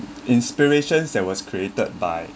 inspirations there was created by